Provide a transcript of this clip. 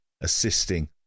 assisting